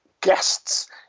guests